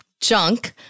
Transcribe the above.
junk